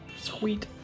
Sweet